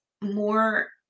more